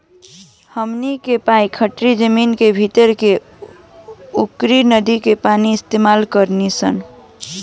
हमनी के पिए खातिर जमीन के भीतर के अउर नदी के पानी इस्तमाल करेनी सन